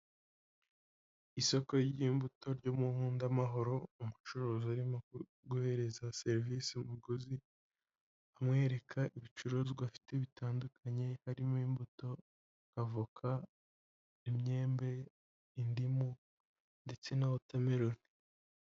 Isoko ry'imbuto ryo Munkundamahoro, umucuruzi urimo guhereza serivisi umuguzi, amwereka ibicuruzwa afite bitandukanye harimo imbuto, avoka, imyembe, indimu ndetse na wotameroni.